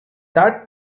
that